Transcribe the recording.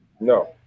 No